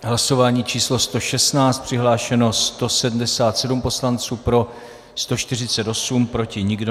V hlasování číslo 116 přihlášeno 177 poslanců, pro 148, proti nikdo.